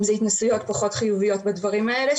אם זה התנסויות פחות חיוביות בדברים האלה,